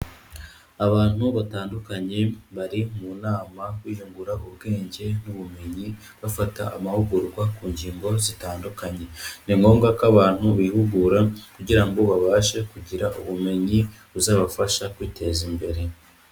Abantu batandukanye bari mu nama, biyungura ubwenge n'ubumenyi, bafata amahugurwa ku ngingo zitandukanye. Ni ngombwa ko abantu bihugura kugira ngo babashe kugira ubumenyi buzabafasha kwiteza imbere.